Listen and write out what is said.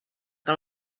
que